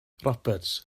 roberts